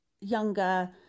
younger